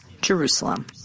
Jerusalem